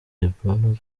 lebron